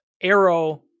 Arrow